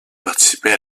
participer